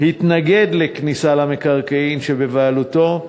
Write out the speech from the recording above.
התנגד לכניסה למקרקעין שבבעלותו,